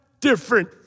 different